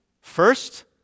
first